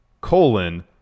colon